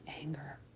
anger